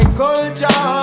culture